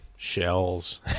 shells